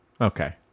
Okay